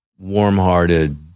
warm-hearted